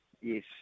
Yes